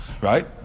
right